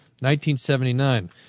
1979